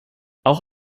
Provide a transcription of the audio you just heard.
auch